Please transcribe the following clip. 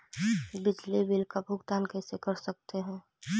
बिजली बिल का भुगतान कैसे कर सकते है?